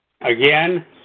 Again